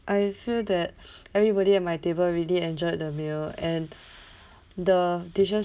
I feel that everybody at my table really enjoyed the meal and the dishes